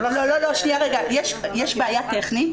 לא, יש בעיה טכנית